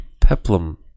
Peplum